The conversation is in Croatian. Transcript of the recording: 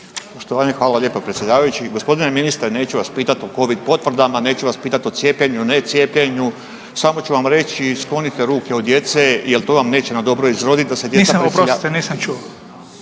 Hvala lijepo predsjedavajući. Gospodine ministre. Neću vas pitati o covid potvrdama, neću vas pitati o cijepljenju, ne cijepljenju samo ću vam reći sklonite ruke od djece jel to vam neće na dobro izrodit …/Upadica Beroš: